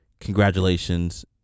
Congratulations